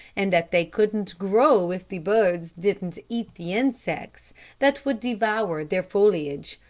and that they couldn't grow if the birds didn't eat the insects that would devour their foliage.